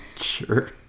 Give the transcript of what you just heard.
sure